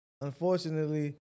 Unfortunately